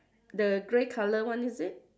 the grey colour one is it